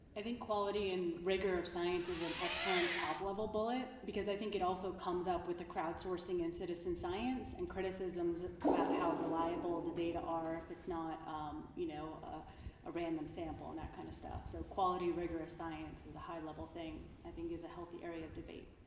i think quality and rigor of science is an excellent top level bullet, because i think it also comes up with the crowd sourcing and citizen science and criticisms about how reliable the data are if it's not you know ah a random sample and that kind of stuff. so quality rigorous science is a high-level thing i think is a healthy area of debate.